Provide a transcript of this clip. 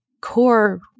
core